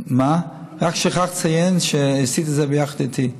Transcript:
רק שכחת לציין שעשית את זה ביחד איתי.